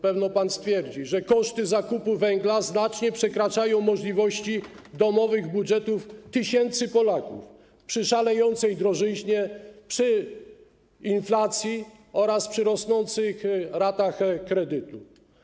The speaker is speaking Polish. Pewno pan stwierdzi, że koszty zakupu węgla znacznie przekraczają możliwości domowych budżetów tysięcy Polaków przy szalejącej drożyźnie, przy inflacji oraz przy rosnących ratach kredytu.